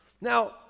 Now